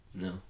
No